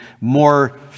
more